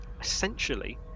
Essentially